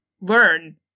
learn